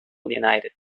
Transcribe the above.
united